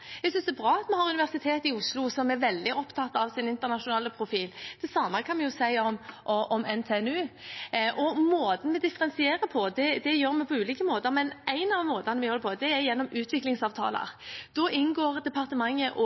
Jeg synes det er bra at vi har Universitetet i Oslo, som er veldig opptatt av sin internasjonale profil. Det samme kan vi si om NTNU. Vi differensierer på ulike måter, og en av måtene vi gjør det på, er gjennom utviklingsavtaler. Da inngår departementet og